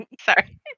sorry